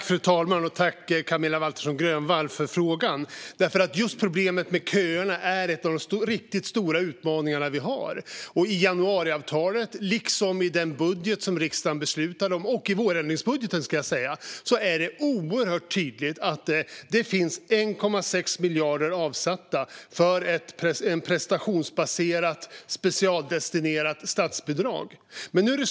Fru talman! Tack, Camilla Waltersson Grönvall, för frågan! Just problemet med köerna är en av de riktigt stora utmaningar vi har. I januariavtalet liksom i den budget som riksdagen beslutade om och i vårändringsbudgeten är det oerhört tydligt att det finns 1,6 miljarder avsatta för ett prestationsbaserat, specialdestinerat statsbidrag.